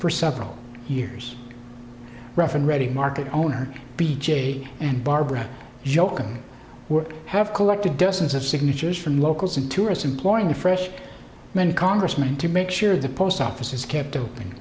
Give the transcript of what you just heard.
for several years rough and ready market owner b j and barbara yoakum would have collected dozens of signatures from locals and tourists employing fresh men congressman to make sure the post office is kept open